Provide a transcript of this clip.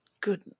good